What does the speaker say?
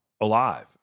alive